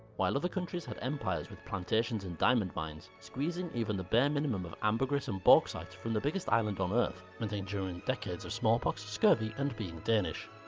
while other countries had empires with plantations and diamond mines, squeezing even the bare minimum of amergris and bauxite from the biggest island on earth meant enduring decades of smallpox, scurvy and being danish.